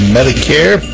Medicare